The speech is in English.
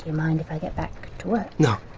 and mind if i get back to work? no.